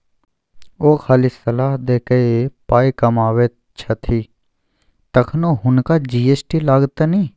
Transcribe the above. ओ खाली सलाह द कए पाय कमाबैत छथि तखनो हुनका जी.एस.टी लागतनि